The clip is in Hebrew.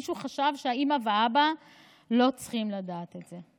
מישהו חשב שהאימא והאבא לא צריכים לדעת את זה.